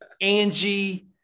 Angie